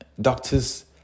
doctors